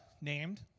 named